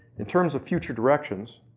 in terms of future directions,